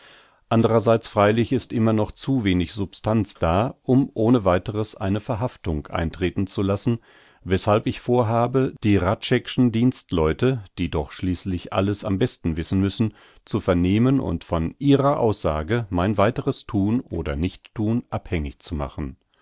andrerseits freilich ist immer noch zu wenig substanz da um ohne weiteres eine verhaftung eintreten zu lassen weßhalb ich vorhabe die hradscheck'schen dienstleute die doch schließlich alles am besten wissen müssen zu vernehmen und von ihrer aussage mein weiteres thun oder nichtthun abhängig zu machen